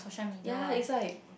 ya is like